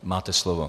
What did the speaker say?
Máte slovo.